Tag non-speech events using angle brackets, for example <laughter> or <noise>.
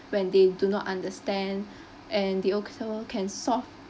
when they do not understand <breath> and they also can solve